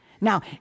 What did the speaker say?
Now